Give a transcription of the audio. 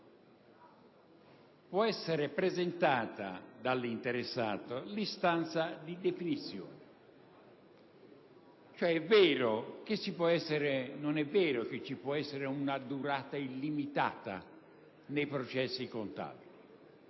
può essere presentata dall'interessato l'istanza di fissazione dell'udienza, cioè non è vero che vi può essere una durata illimitata nei processi contabili.